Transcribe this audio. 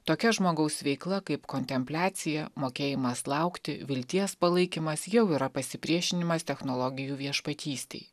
tokia žmogaus veikla kaip kontempliacija mokėjimas laukti vilties palaikymas jau yra pasipriešinimas technologijų viešpatystei